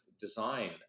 design